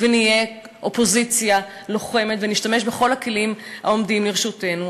ונהיה אופוזיציה לוחמת ונשתמש בכל הכלים העומדים לרשותנו.